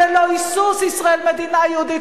ללא היסוס, ישראל מדינה יהודית.